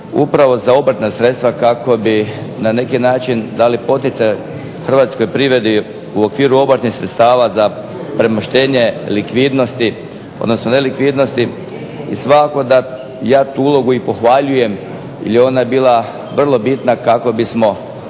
upravo za obrtna sredstva, kako bi na neki način dali poticaj hrvatskoj privredi u okviru obrtnih sredstava za premoštenje likvidnosti, odnosno nelikvidnosti i svakako da ja tu ulogu i pohvaljujem jer je ona bila vrlo bitna kako bismo održali